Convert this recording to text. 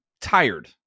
tired